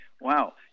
Wow